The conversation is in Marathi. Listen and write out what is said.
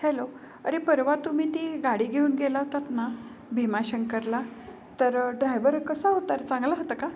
हॅलो अरे परवा तुम्ही ती गाडी घेऊन गेला होतात ना भीमाशंकरला तर ड्रायव्हर कसा होता रे चांगला होता का